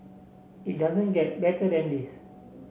it doesn't get better than this